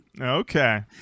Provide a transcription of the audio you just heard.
Okay